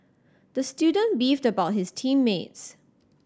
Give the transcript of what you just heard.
the student beefed about his team mates